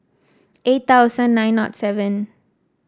eight thousand nine seven